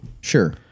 Sure